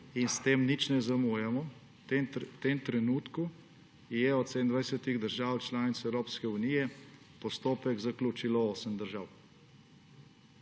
In s tem nič ne zamujamo. V tem trenutku je od 27 držav članic Evropske unije postopek zaključilo 8 držav.